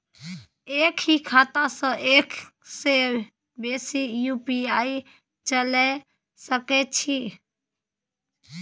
एक ही खाता सं एक से बेसी यु.पी.आई चलय सके छि?